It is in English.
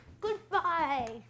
Goodbye